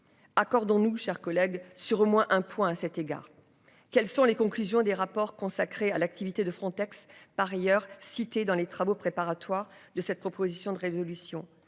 Accordons-nous, chers collègues, sur au moins un point à cet égard. Quelles sont les conclusions des rapports consacrés à l'activité de Frontex par ailleurs cité dans les travaux préparatoires de cette proposition de résolution